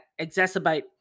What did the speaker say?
exacerbate